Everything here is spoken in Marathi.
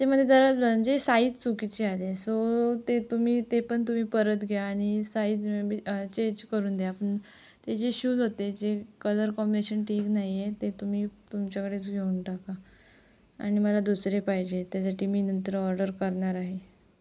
ते म्हणजे जरा म्हणजे साईज चुकीची आली आहे हे सो ते तुम्ही ते पण तुम्ही परत घ्या आणि साइज चेंज करून द्या ते जे शूज होते जे कलर कॉम्बिनेशन ठीक नाही आहे ते तुम्ही तुमच्याकडेच घेऊन टाका आणि मला दुसरे पाहिजे त्यासाठी मी नंतर ऑर्डर करणार आहे